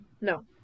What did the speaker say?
No